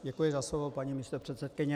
Děkuji za slovo, paní místopředsedkyně.